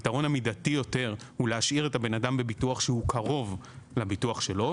הפתרון המידתי יותר הוא להשאיר את הבן אדם בביטוח שהוא קרוב לביטוח שלו,